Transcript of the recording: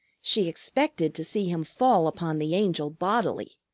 she expected to see him fall upon the angel bodily.